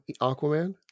Aquaman